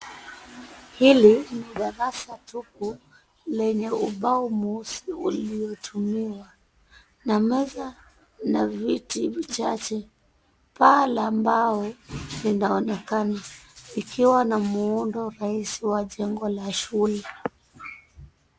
Hili ni darasa tupu lenye ubao mweusi ulio tumiwa na meza na viti vichache. Paa la mbao linaonekana ikiwa na muundo rahisi wa jengo la shule.